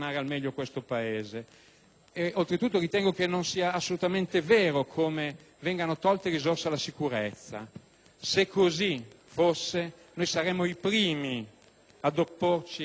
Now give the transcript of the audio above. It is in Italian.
Oltretutto, ritengo che non sia affatto vero che vengano tolte risorse alla sicurezza. Se così fosse, noi saremmo i primi ad opporci a una simile soluzione.